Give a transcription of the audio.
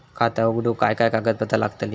खाता उघडूक काय काय कागदपत्रा लागतली?